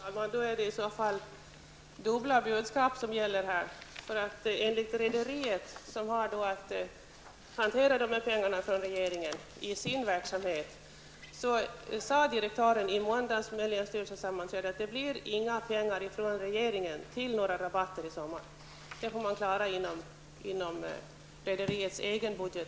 Fru talman! Då är det i så fall dubbla budskap som gäller. Enligt rederiet, som i sin verksamhet har att hantera dessa pengar från regeringen, sade direktören vid länsstyrelsens sammanträde i måndags att det inte blir några pengar från regeringen till rabatter i sommar, utan att detta i så fall får klaras inom rederiets egen budget.